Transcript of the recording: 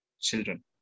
children